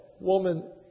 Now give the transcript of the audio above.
woman